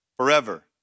Forever